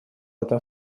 этом